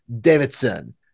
davidson